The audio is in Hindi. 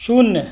शून्य